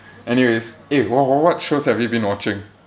anyways eh what what what shows have you been watching